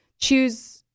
choose